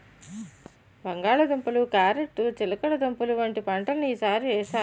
బంగాళ దుంపలు, క్యారేట్ చిలకడదుంపలు వంటి పంటలను ఈ సారి వేసాను